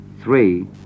three